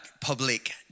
public